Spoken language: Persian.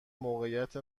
موقعیت